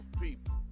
people